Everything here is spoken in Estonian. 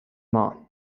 maa